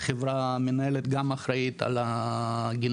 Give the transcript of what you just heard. והחברה גם אחראית על הגינון,